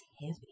heavy